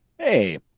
Hey